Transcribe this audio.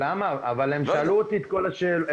למה, אבל הם שאלו אותי את כל השאלות --- אותך,